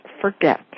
forget